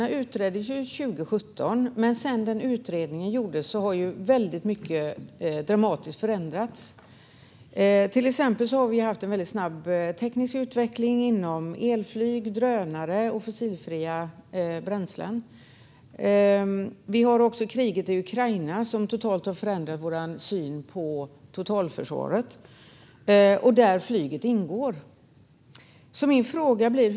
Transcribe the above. De utreddes 2017, men sedan denna utredning gjordes har mycket förändrats dramatiskt. Till exempel har vi haft en snabb teknisk utveckling av elflyg, drönare och fossilfria bränslen. Kriget i Ukraina har också helt förändrat vår syn på totalförsvaret, där flyget ingår.